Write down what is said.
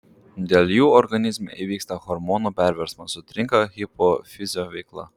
dėl jų organizme įvyksta hormonų perversmas sutrinka hipofizio veikla